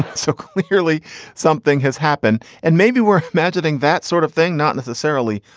so clearly something has happened and maybe we're imagining that sort of thing not necessarily,